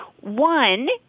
One